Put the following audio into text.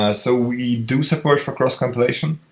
ah so we do support for cross compilation.